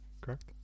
correct